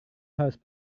harus